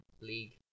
league